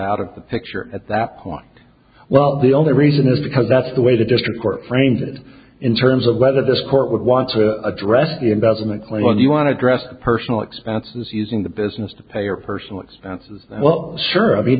out of the picture at that point well the only reason is because that's the way the district court framed it in terms of whether this court would want to address the investment going on you want to address the personal expenses using the business to pay your personal expenses well sure i mean